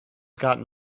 gotten